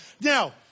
Now